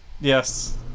yes